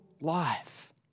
life